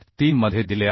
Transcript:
3 मध्ये दिले आहे